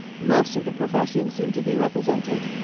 most of the professions seemed to be represented.